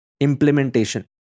implementation